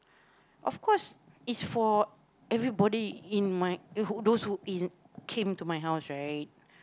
of course it's for everybody in my uh who those who in came to my house right